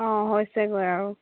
অঁ হৈছেগৈ আৰু